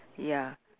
ya